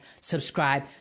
Subscribe